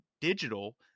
digital